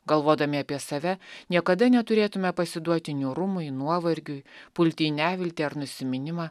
galvodami apie save niekada neturėtume pasiduoti niūrumui nuovargiui pulti į neviltį ar nusiminimą